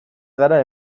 gara